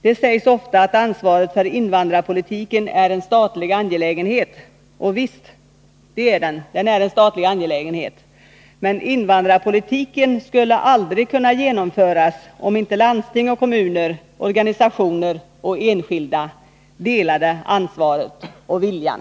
Det sägs ofta att ansvaret för invandrarpolitiken är en statlig angelägenhet, och visst är det så. Men invandrarpolitiken skulle aldrig kunna genomföras om inte landsting och kommuner, organisationer och enskilda delade ansvaret och viljan.